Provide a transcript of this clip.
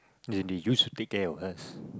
and they used to take care of us